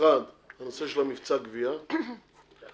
אחד הוא נושא מבצע הגבייה והשני